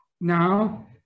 now